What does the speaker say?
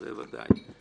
בוודאי.